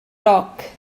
roc